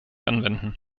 anwenden